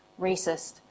racist